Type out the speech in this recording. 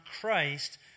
Christ